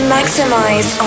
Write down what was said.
Maximize